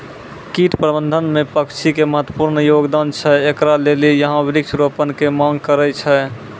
कीट प्रबंधन मे पक्षी के महत्वपूर्ण योगदान छैय, इकरे लेली यहाँ वृक्ष रोपण के मांग करेय छैय?